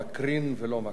מקרין ולא מקריא.